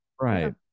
Right